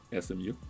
SMU